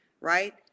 right